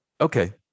Okay